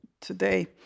today